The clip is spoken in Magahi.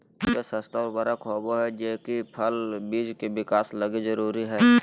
फास्फेट सस्ता उर्वरक होबा हइ जे कि फल बिज के विकास लगी जरूरी हइ